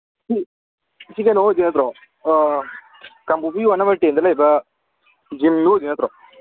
ꯁꯤ ꯀꯩꯅꯣ ꯑꯣꯏꯒꯗꯣꯏ ꯅꯠꯇ꯭ꯔꯣ ꯀꯥꯡꯄꯣꯛꯄꯤ ꯋꯥꯠ ꯅꯝꯕꯔ ꯇꯦꯟꯗ ꯂꯩꯕ ꯖꯤꯝꯗꯣ ꯑꯣꯏꯒꯗꯣꯏ ꯅꯠꯇ꯭ꯔꯣ